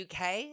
UK